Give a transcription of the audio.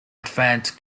advanced